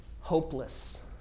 Hopeless